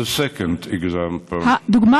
הדוגמה